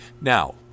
Now